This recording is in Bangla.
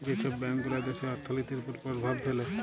যে ছব ব্যাংকগুলা দ্যাশের অথ্থলিতির উপর পরভাব ফেলে